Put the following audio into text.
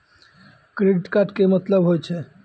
Credit card के मतलब होय छै?